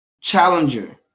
Challenger